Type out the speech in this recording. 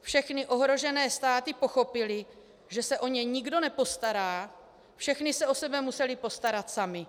Všechny ohrožené státy pochopily, že se o ně nikdo nepostará, všechny se o sebe musely postarat samy.